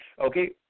Okay